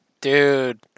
dude